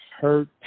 hurt